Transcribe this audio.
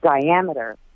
diameter